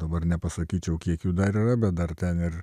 dabar nepasakyčiau kiek jų dar yra bet dar ten ir